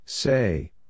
Say